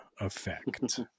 effect